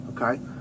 Okay